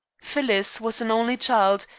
phyllis was an only child,